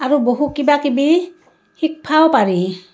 আৰু বহু কিবাকিবি শিক্ষাও পাৰি